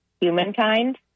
humankind